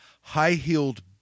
high-heeled